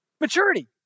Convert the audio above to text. maturity